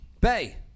Bay